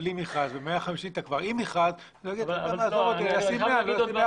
בלי מכרז וב-150 הוא כבר עם מכרז אז למה שהוא ישים 150?